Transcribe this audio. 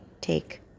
take